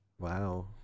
Wow